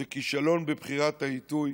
זה כישלון בבחירת העיתוי.